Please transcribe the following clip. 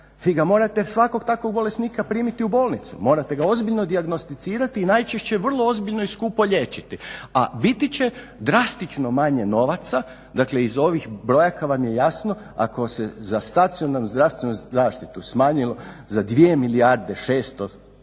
morate svakog takvog bolesnika primiti u bolnicu, morate ga ozbiljno dijagnosticirati i najčešće vrlo ozbiljno i skupo liječiti, a biti će drastično manje novaca, dakle iz ovih brojaka vam je jasno ako se za stacionarnu zdravstvenu zaštitu smanjilo za 2 milijarde 631 tisuća